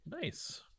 nice